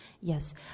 Yes